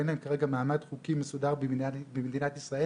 אין להם כרגע מעמד חוקי מסודר במדינת ישראל.